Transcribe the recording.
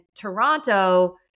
Toronto